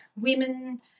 women